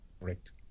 Correct